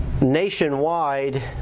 nationwide